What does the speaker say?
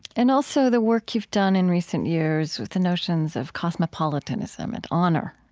and also the work you've done in recent years with the notions of cosmopolitanism and honor,